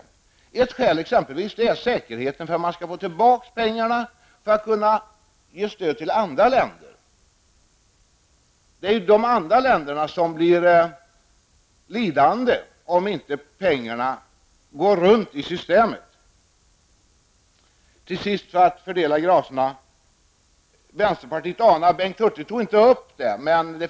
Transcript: Ett skäl till detta är exempelvis att man behöver ha en säkerhet för att pengarna skall komma tillbaka så att man på så sätt skall kunna ge stöd till andra länder. Det är ju de andra länderna som blir lidande om inte pengarna går runt i systemet. Jag vill till sist, för att fördela gracerna, vända mig till vänsterpartiet.